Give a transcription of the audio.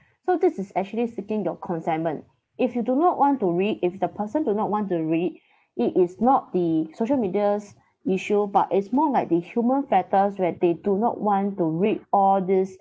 so this is actually seeking your consentment if you do not want to read if the person do not want to read it is not the social media's issue but it's more like the human factors where they do not want to read all this